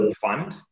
fund